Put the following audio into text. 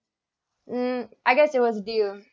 mm I guess it was a deal